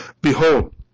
Behold